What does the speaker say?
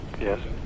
Yes